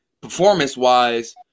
performance-wise